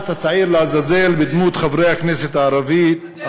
את השעיר לעזאזל, בדמות חברי הכנסת הערבים.